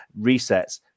Resets